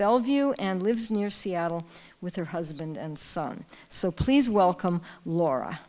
bellevue and lives near seattle with her husband and son so please welcome laura